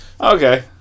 Okay